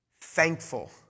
thankful